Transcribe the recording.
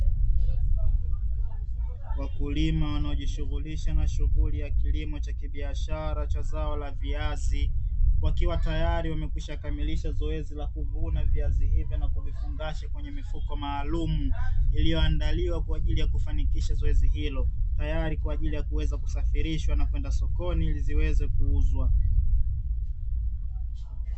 Wakulima wanaojishughulisha na shughuli ya kilimo cha kibishara cha zao la viazi, wakiwa tayari wamekwisha kamilisha zoezi la kuvuna viazi hivyo na kuvifungasha kwenye mifuko maalumu iliyoandaliwa kwa ajili ya kufanikisha zoezi hilo. Tayari kwa ajili ya kuweza kusafirishwa na kwenda sokoni ili ziweze kuuzwa.